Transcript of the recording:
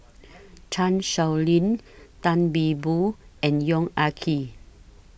Chan Sow Lin Tan See Boo and Yong Ah Kee